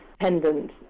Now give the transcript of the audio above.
pendant